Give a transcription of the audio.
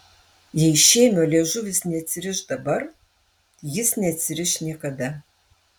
jei šėmio liežuvis neatsiriš dabar jis neatsiriš niekada